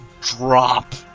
drop